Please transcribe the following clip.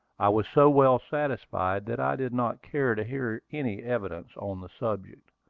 i was so well satisfied that i did not care to hear any evidence on the subject.